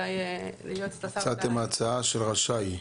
הצעתם הצעה של רשאי.